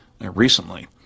recently